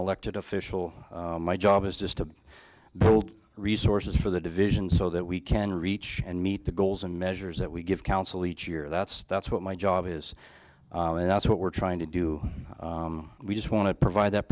elected official my job is just to build resources for the divisions so that we can reach and meet the goals and measures that we give council each year that's that's what my job is and that's what we're trying to do we just want to provide that